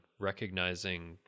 recognizing